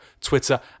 Twitter